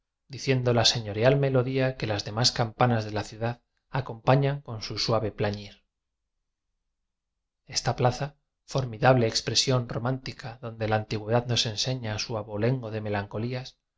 la se ñorial melodía que las demás campanas de la ciudad acompañan con su suave plañir esta plaza formidable expresión román tica donde la antigüedad nos enseña su abolengo de melancolías